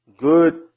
good